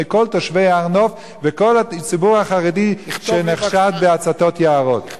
כל תושבי הר-נוף וכל הציבור הישראלי שנחשד בהצתות יערות.